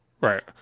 right